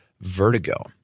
vertigo